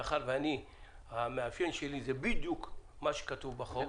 מאחר שהמאפיין שלי זה בדיוק מה שכתוב בחוק,